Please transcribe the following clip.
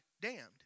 damned